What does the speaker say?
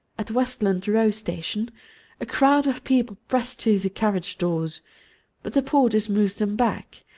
at westland row station a crowd of people pressed to the carriage doors but the porters moved them back,